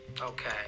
Okay